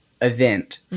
event